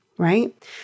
Right